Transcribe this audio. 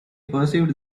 perceived